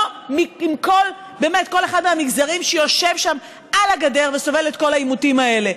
לא עם כל אחד מהמגזרים שיושבים שם על הגדר וסובלים את כל העימותים האלה.